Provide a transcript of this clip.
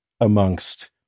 amongst